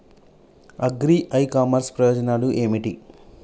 Agri e commerce ప్రయోజనాలు ఏమిటి?